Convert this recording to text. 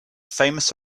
famous